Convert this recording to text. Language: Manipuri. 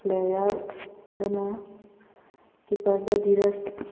ꯂꯌꯥꯔꯗꯅ ꯀꯤꯄꯔꯗ ꯙꯤꯔꯥꯖ